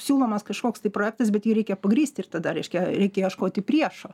siūlomas kažkoks tai projektas bet jį reikia pagrįsti ir tada reiškia reikia ieškoti priešo